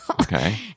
okay